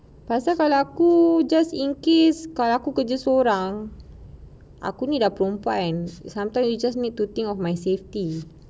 rasa kalau aku just in case kalau aku kerja seorang aku ni perempuan sometimes you just need to think of my safety